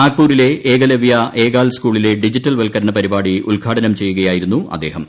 നാഗ്പൂരിലെ ഏകലവൃ എകാൽ സ്കൂളിലെ ഡിജിറ്റൽവൽക്കരണ പരിപാട്ടി ഉദ്ഘാടനം ചെയ്യുകയായിരുന്നു അദ്ദേഹം